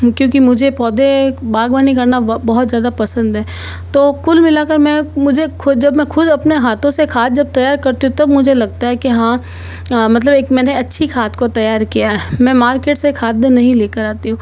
क्योंकि मुझे पौधे बाग़बानी करना ब बहुत ज़्यादा पसंद है तो कुल मिलाकर मैं मुझे ख़ुद जब मैं ख़ुद अपने हाथों से खाद जब तैयार करती हूँ तब मुझे लगता है कि हाँ मतलब एक मैंने अच्छी खाद को तैयार किया है मैं मार्केट से खाद भी नहीं लेकर आती हूँ